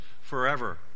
forever